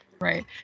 Right